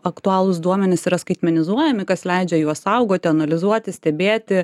aktualūs duomenys yra skaitmenizuojami kas leidžia juos saugoti analizuoti stebėti